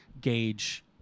gauge